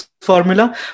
formula